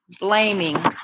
blaming